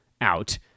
out